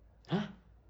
!huh!